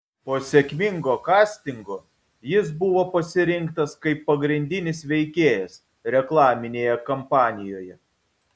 po sėkmingo kastingo jis buvo pasirinktas kaip pagrindinis veikėjas reklaminėje kampanijoje